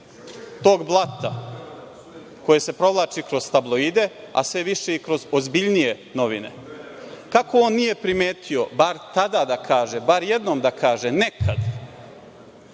tog blata koje se provlači kroz tabloide, a se više i kroz ozbiljnije novine. Kako on nije primetio bar tada da kaže, bar jednom da kaže nekad